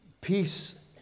peace